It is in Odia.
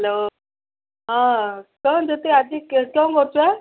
ହ୍ୟାଲୋ ହଁ କ'ଣ ଜ୍ୟୋତି ଆଜି କିଅଣ କରୁଛୁ